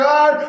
God